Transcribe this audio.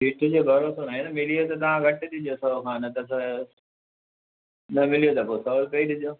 हीउ तुंहिंजो घणो त न आहे न मिली वियो त तव्हां घटि ॾिजो सौ खां न त न मिलियूं त सौ रुपियो ही ॾिजो